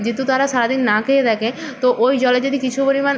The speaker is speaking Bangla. যেহেতু তারা সারা দিন না খেয়ে থাকে তো ওই জলে যদি কিছু পরিমাণ